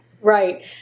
right